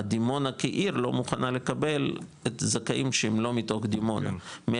דימונה כעיר לא מוכנה לקבל את זכאים שהם לא מתוך דימונה,